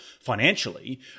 financially